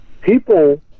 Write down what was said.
people